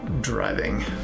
driving